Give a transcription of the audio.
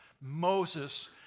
Moses